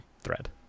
thread